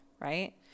right